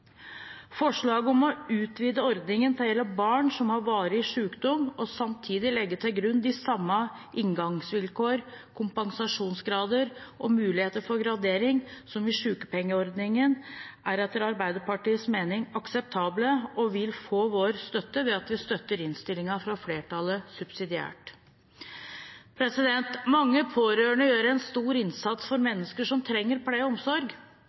Forslaget om å utvide ordningen til å gjelde barn som har varig sykdom, og samtidig legge til grunn samme inngangsvilkår, kompensasjonsgrad og mulighet for gradering som i sykepengeordningen, er etter Arbeiderpartiets mening akseptabelt og vil få vår støtte ved at vi støtter innstillingen fra flertallet subsidiært. Mange pårørende gjør en stor innsats for mennesker som trenger pleie og omsorg.